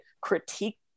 critique